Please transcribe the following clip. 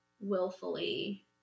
willfully